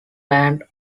land